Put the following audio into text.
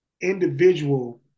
individual